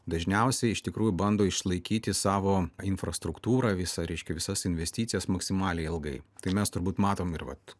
dažniausiai iš tikrųjų bando išlaikyti savo infrastruktūrą visa reiškia visas investicijas maksimaliai ilgai tai mes turbūt matom ir vat